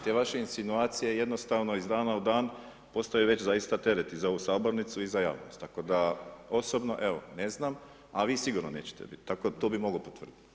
Te vaše insinuacije, jednostavno iz dana u dan postaju već zaista teret i za ovu Sabornicu i za javnost, tako da, osobno evo, ne znam, a vi sigurno nećete biti, to bi mogao potvrditi.